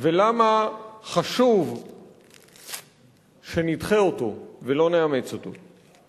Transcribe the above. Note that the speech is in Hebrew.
ולמה חשוב שנדחה אותו ולא נאמץ אותו.